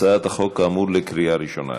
כאמור, הצעת החוק בקריאה ראשונה.